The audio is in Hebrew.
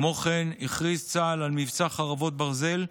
כמו כן הכריז צה"ל על מבצע חרבות ברזל,